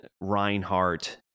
Reinhardt